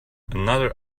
another